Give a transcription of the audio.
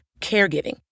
caregiving